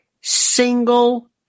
single